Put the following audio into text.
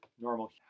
normal